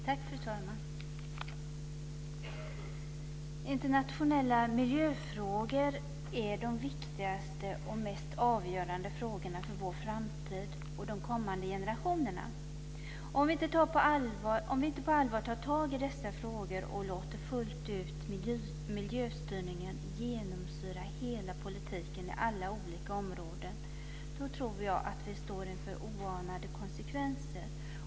Fru talman! Internationella miljöfrågor är de viktigaste och mest avgörande frågorna för vår framtid och för de kommande generationerna. Om vi inte på allvar tar tag i dessa frågor och låter miljöstyrningen fullt ut genomsyra politikens alla olika områden tror jag att vi står inför oanade konsekvenser.